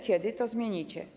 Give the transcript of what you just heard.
Kiedy to zmienicie?